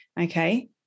Okay